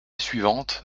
suivante